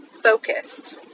focused